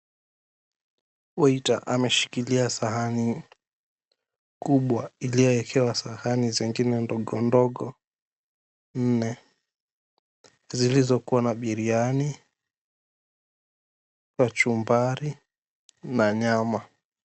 Waiter ameshikilia sahani kubwa iliyowekewa sahani zingine ndogo ndogo nne zilizokuwa na biriani, kachumbari na nyama.